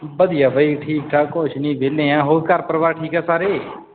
ਵਧੀਆ ਬਾਈ ਠੀਕ ਠਾਕ ਕੁਛ ਨਹੀਂ ਵਿਹਲੇ ਹਾਂ ਹੋਰ ਘਰ ਪਰਿਵਾਰ ਠੀਕ ਆ ਸਾਰੇ